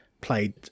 played